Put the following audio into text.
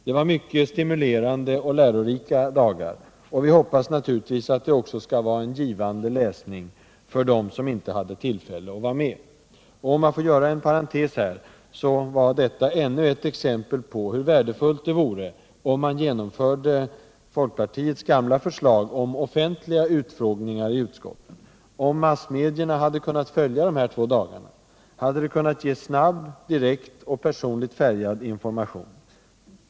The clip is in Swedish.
Det var mycket stimulerande och lärorika dagar — vi hoppas naturligtvis att det också skall vara givande läsning för dem som inte hade tillfälle att vara med. En parantes: Detta är ännu ett exempel på hur värdefullt det vore om man genomförde folkpartiets gamla förslag om offentliga utfrågningar i utskotten. Om massmedierna hade kunnat följa de här två dagarna, hade det kunnat ge snabb, direkt och personligt färgad information.